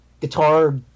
guitar